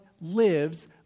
lives